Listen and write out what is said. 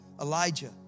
Elijah